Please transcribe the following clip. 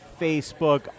Facebook